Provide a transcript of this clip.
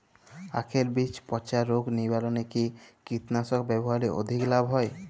আঁখের বীজ পচা রোগ নিবারণে কি কীটনাশক ব্যবহারে অধিক লাভ হয়?